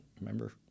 remember